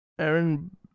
Aaron